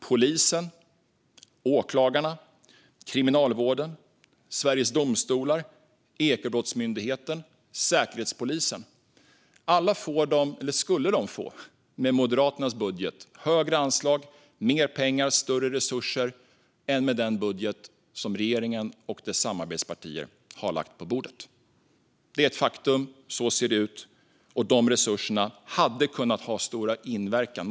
Polisen, åklagarna, Kriminalvården, Sveriges Domstolar, Ekobrottsmyndigheten och Säkerhetspolisen - alla skulle de med Moderaternas budget få högre anslag, mer pengar och större resurser än med den budget som regeringen och dess samarbetspartier har lagt på bordet. Det är ett faktum. Så ser det ut. De resurserna hade kunnat ha stor inverkan.